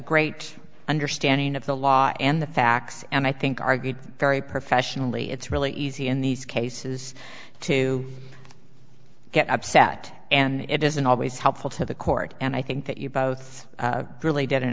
great understanding of the law and the facts and i think argued very professionally it's really easy in these cases to get upset and it isn't always helpful to the court and i think that you both really did an